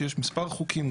יש מספר חוקים,